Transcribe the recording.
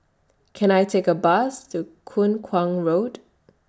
Can I Take A Bus to Kuang Road